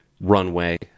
runway